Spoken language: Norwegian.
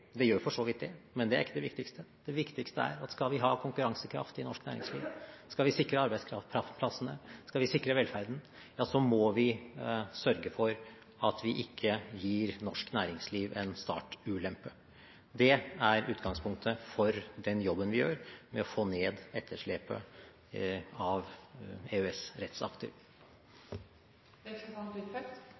det gjør for så vidt det, men det er ikke det viktigste. Det viktigste er at skal vi ha konkurransekraft i norsk næringsliv, skal vi sikre arbeidsplassene, skal vi sikre velferden, må vi sørge for at vi ikke gir norsk næringsliv en startulempe. Det er utgangspunktet for den jobben vi gjør med å få ned etterslepet av